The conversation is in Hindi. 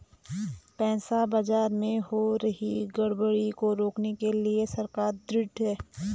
पैसा बाजार में हो रही गड़बड़ी को रोकने के लिए सरकार ढृढ़ है